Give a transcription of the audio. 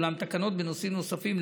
אולם תקנות בנושאים נוספים,